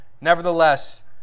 Nevertheless